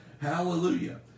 Hallelujah